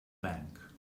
bank